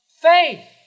faith